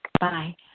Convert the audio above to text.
Bye